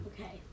Okay